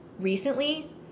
recently